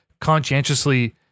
conscientiously